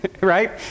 right